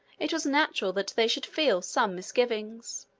it was natural that they should feel some misgivings.